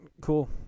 Cool